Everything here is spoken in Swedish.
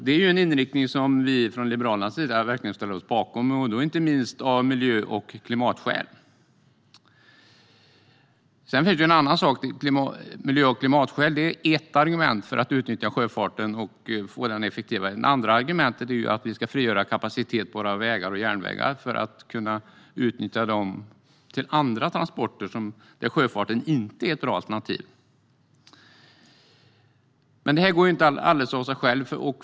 Det är en inriktning som vi i Liberalerna verkligen ställer oss bakom, inte minst av miljö och klimatskäl. Det finns en annan sak. Miljö och klimatskäl är ett argument för att utnyttja sjöfarten och få den effektiv. Ett annat argument är att vi ska frigöra kapacitet på våra vägar och järnvägar för att kunna utnyttja dem till andra transporter där sjöfarten inte är ett bra alternativ. Det här går inte alldeles av sig självt.